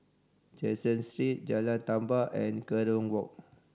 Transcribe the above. Caseen Street Jalan Tamban and Kerong Walk